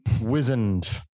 wizened